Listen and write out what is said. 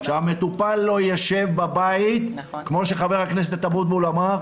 שהמטופל לא יישב בבית כמו שח"כ אבוטבול אמר,